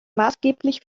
maßgeblich